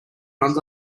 runs